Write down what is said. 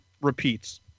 repeats